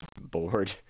Bored